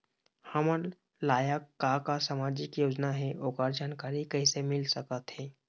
हमर लायक का का सामाजिक योजना हे, ओकर जानकारी कइसे मील सकत हे?